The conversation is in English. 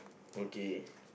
okay